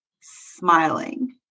smiling